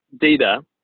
data